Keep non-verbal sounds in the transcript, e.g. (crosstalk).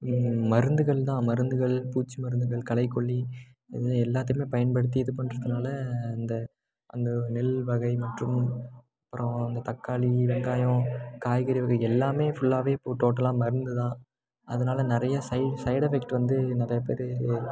மருந்துகள் தான் மருந்துகள் பூச்சி மருந்துகள் களைக்கொல்லி (unintelligible) எல்லாத்துக்குமே பயன்படுத்தி இது பண்ணுறதுனால இந்த அந்த நெல் வகை மற்றும் அப்புறம் அந்த தக்காளி வெங்காயம் காய்கறி வகை எல்லாமே ஃபுல்லாவே இப்போது டோட்டலாக மருந்து தான் அதனால நிறைய சை சைடு எஃபெக்ட் வந்து நிறையாப் பேயரு